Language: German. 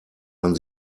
man